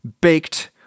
baked